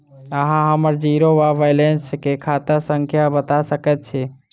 अहाँ हम्मर जीरो वा बैलेंस केँ खाता संख्या बता सकैत छी?